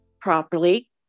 properly